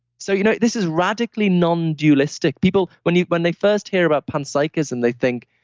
so you know this is radically non-dualistic people when when they first hear about panpsychism they think,